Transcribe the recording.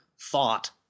thought